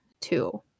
Two